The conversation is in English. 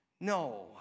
No